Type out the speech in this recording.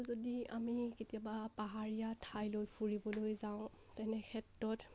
যদি আমি কেতিয়াবা পাহাৰীয়া ঠাইলৈ ফুৰিবলৈ যাওঁ তেনেক্ষেত্ৰত